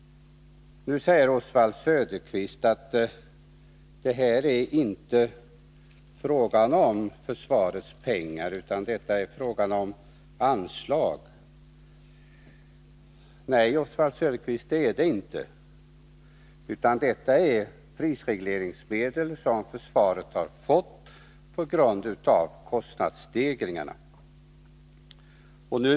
Nu säger Oswald Söderqvist att här är det inte fråga om försvarets pengar utan det är fråga om anslag. Nej, Oswald Söderqvist, det är det inte. Detta är prisregleringsmedel som försvaret har fått på grund av kostnadsstegringarna.